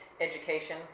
Education